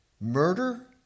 murder